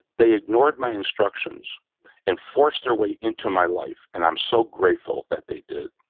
they ignored my instructions and forced their way into my life and i'm so grateful that they did.